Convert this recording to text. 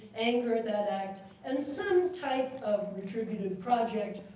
anger at that act, and some type of retributive project,